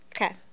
Okay